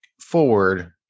forward